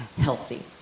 healthy